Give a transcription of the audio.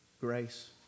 grace